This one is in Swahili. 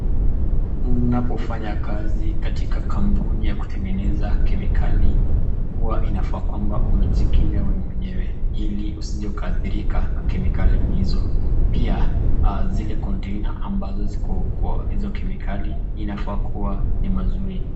Unapo fanya kazi katika kampuni ya kutengeneza kemikali huwa inafaa kwamba umejikinga wewe mwenyewe, ili usije ukaadhirika kemikali hizo. pia zile container ambazo ziko kwa hizo kemikali inafaa kuwa ni mazuri.